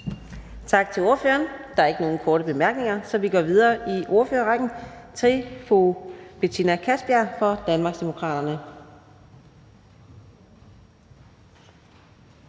Tak til ordføreren. Der er ikke flere korte bemærkninger, så vi går videre i ordførerrækken til fru Charlotte Bagge Hansen fra Moderaterne.